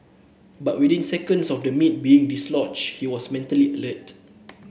but within seconds of the meat being dislodged he was mentally alert